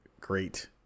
great